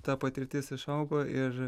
ta patirtis išaugo ir